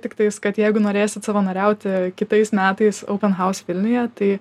tiktais kad jeigu norėsit savanoriauti kitais metais open house vilniuje tai